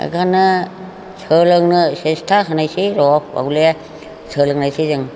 बेखौनो सोलोंनो सेसथा होनायसै र' बावले सोलोंनायसै जों